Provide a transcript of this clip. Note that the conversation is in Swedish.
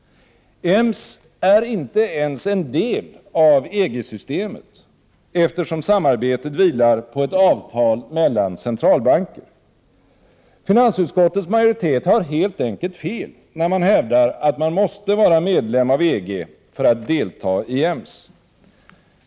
EMS är inte ens en del av EG-systemet, eftersom samarbetet vilar på ett avtal mellan centralbanker. Finansutskottets majoritet har helt enkelt fel när den hävdar att man måste vara medlem av EG för att delta i EMS.